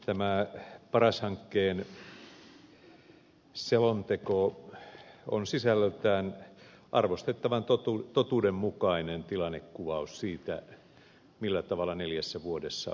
tämä paras hankkeen selonteko on sisällöltään arvostettavan totuudenmukainen tilannekuvaus siitä millä tavalla neljässä vuodessa on edetty